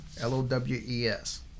L-O-W-E-S